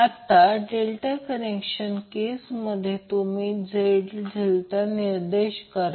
आता delta connection केसमध्ये तुम्ही Z∆निर्देश करा